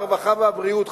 הרווחה והבריאות,